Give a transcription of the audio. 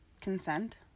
consent